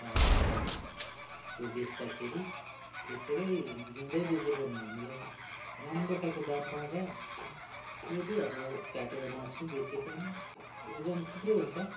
अन्त आफूलाई त्यो बेच्दाखेरि त्यत्तिकै जिउँदै बेचे पनि हामीलाई राम्रो खालको दाम पाउँछ यदि अब काटेर मासु बेचे पनि त्यो ओजन थुप्रो हुन्छ